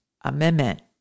Amendment